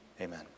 Amen